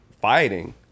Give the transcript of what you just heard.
fighting